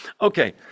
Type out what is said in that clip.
Okay